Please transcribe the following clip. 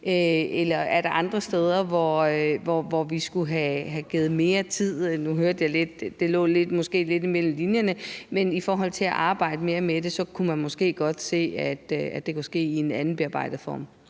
eller er der andre steder, hvor vi skulle have givet mere tid? Nu hørte jeg, men det lå måske lidt mellem linjerne, at i forhold til at arbejde mere med det kunne man måske godt se, at det kan ske i en anden bearbejdet form.